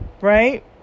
Right